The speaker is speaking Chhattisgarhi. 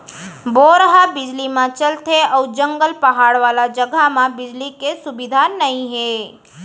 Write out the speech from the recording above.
बोर ह बिजली म चलथे अउ जंगल, पहाड़ वाला जघा म बिजली के सुबिधा नइ हे